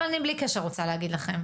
אבל אני בלי קשר רוצה להגיד לכם,